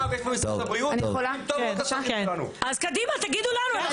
אז קדימה, תגידו לנו.